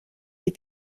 les